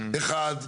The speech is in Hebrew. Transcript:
האחד,